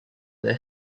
their